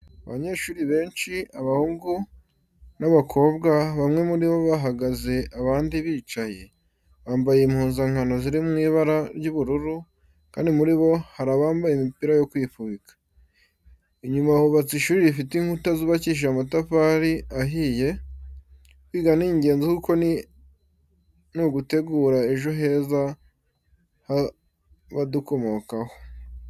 Abanyeshuri benshi, abahungu n'abakobwa bamwe muri bo bahagaze abandi bicaye, bambaye impuzankano ziri mu ibara ry'ubururu, kandi muri bo hari abambaye imipira yo kwifubika. Inyuma hubatse ishuri rifite inkuta zubakishije amatafari ahiye. Kwiga ni ingenzi kuko ni ugutegura ejo heza h'abadukomokaho.